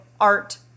art